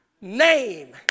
name